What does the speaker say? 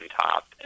top